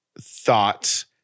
thoughts